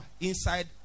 inside